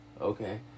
Okay